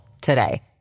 today